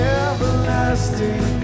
everlasting